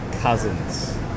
cousins